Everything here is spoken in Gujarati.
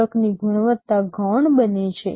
પ્રોડક્ટની ગુણવત્તા ગૌણ બને છે